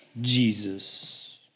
Jesus